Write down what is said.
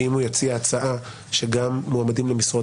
שאם הוא יציע הצעה שגם מועמדים למשרות